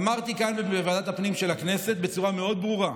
אמרתי כאן בוועדת הפנים של הכנסת בצורה מאוד ברורה: